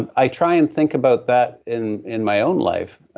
and i try and think about that in in my own life.